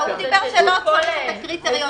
הוא שאל שאלות על הקריטריון.